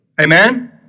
Amen